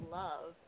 love